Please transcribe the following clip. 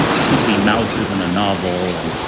technically mouse is in a novel and,